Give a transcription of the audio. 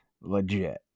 Legit